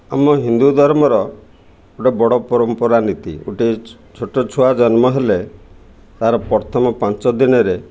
ଆମ ହିନ୍ଦୁ ଧର୍ମର ଗୋଟେ ବଡ଼ ପରମ୍ପରା ନୀତି ଗୋଟେ ଛୋଟ ଛୁଆ ଜନ୍ମ ହେଲେ ତା'ର ପ୍ରଥମ ପାଞ୍ଚ ଦିନରେ